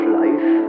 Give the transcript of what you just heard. life